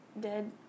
dead